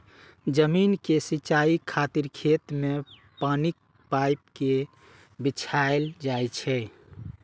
जमीन के सिंचाइ खातिर खेत मे पानिक पाइप कें बिछायल जाइ छै